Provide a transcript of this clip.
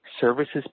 services